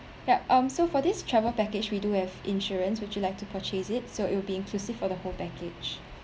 yup um so for this travel package we do have insurance would you like to purchase it so it'll be inclusive for the whole package